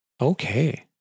Okay